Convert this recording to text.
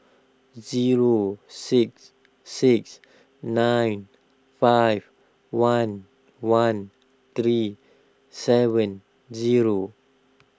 zero six six nine five one one three seven zero